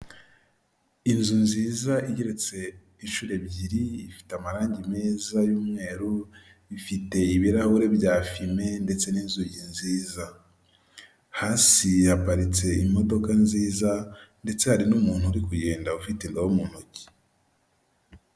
Inzu nziza igeretse inshuro ebyiri, ifite amarangi meza y'umweru, ifite ibirahure bya fime ndetse n'inzugi nziza, hasi haparitse imodoka nziza ndetse hari n'umuntu uri kugenda ufite idobo mu ntoki.